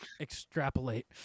extrapolate